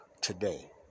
today